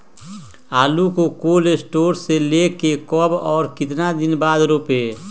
आलु को cold storage से ले के कब और कितना दिन बाद रोपे?